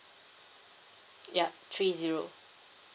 yup three zero